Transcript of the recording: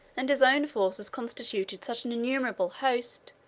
and his own forces constituted such an innumerable host,